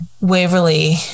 waverly